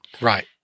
Right